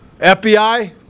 FBI